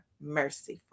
merciful